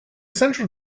central